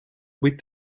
быть